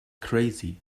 crazy